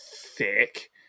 thick